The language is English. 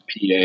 PA